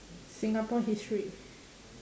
singapore history